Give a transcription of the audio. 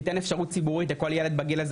תיתן אפשרות ציבורית לכל ילד בגיל הזה